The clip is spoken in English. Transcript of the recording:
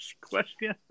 question